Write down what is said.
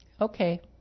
Okay